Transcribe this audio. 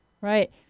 Right